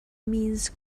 means